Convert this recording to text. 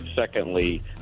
Secondly